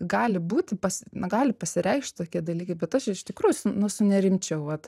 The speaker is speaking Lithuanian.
gali būti pas na gali pasireikšt tokie dalykai bet aš iš tikrųjų nu sunerimčiau vat